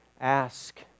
ask